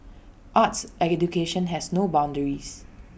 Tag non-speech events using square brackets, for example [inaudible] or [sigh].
arts [unintelligible] has no boundaries